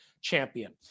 champion